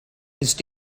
ist